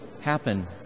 happen